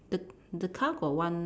the the car got one